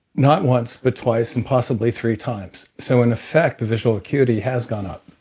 not once, but twice and possibly three times. so in effect, the visual acuity has gone up.